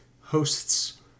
hosts